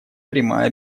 прямая